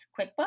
QuickBooks